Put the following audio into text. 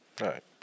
right